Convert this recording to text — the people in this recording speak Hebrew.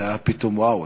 זה היה פתאום וואו,